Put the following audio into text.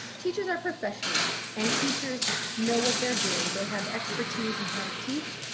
teachers are professionals and teachers know what they're doing. they have expertise and how to teach.